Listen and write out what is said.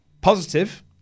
positive